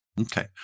Okay